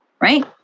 right